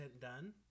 done